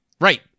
Right